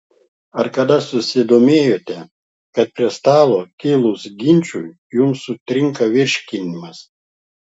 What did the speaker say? ar kada susidomėjote kodėl prie stalo kilus ginčui jums sutrinka virškinimas